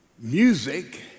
Music